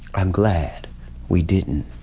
i'm glad we didn't